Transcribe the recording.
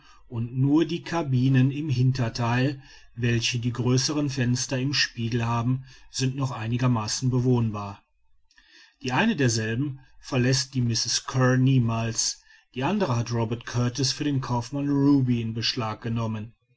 und nur die cabinen im hintertheil welche die größeren fenster im spiegel haben sind noch einigermaßen bewohnbar die eine derselben verläßt die mrs kear niemals die andere hat robert kurtis für den kaufmann ruby in beschlag genommen